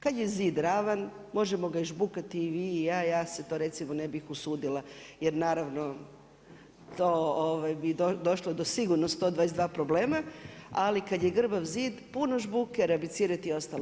Kada je zid ravan, možemo ga žbukati i vi i ja, ja se to recimo ne bih usudila jer naravno to bi došlo do sigurno do 122 problema, ali kada je grbav zid puno žbuke rabicirati ostalo.